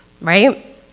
Right